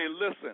listen